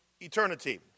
eternity